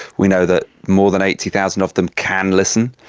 we know that more than eighty thousand of them can listen,